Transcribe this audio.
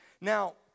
Now